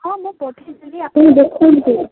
ହଁ ମୁଁ ପଠେଇଦେବି ଆପଣ ଦେଖନ୍ତୁ